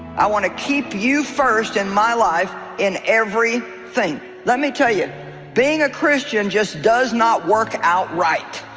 i want to keep you first in my life in every thing let me tell you being a christian just does not work out right